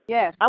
Yes